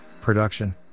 production